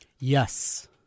Yes